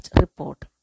report